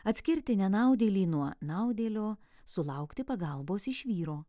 atskirti nenaudėlį nuo naudėlio sulaukti pagalbos iš vyro